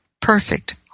perfect